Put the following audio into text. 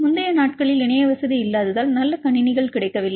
முந்தைய நாட்களில் இணைய வசதி இல்லாததால் நல்ல கணினிகள் கிடைக்கவில்லை